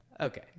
Okay